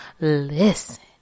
listen